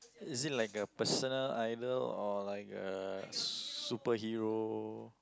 is it like a personal idol or like a superhero